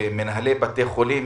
ומנהלי בתי חולים